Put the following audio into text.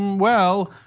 well,